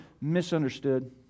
misunderstood